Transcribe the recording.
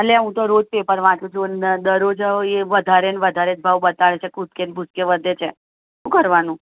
અલ્યા હું તો રોજ પેપર વાંચું છું અને દરરોજ એ વધારે ને વધારે જ ભાવ બતાવે છે કૂદકે ને ભૂસકે વધે છે શું કરવાનું